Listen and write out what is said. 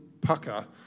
pucker